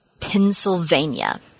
Pennsylvania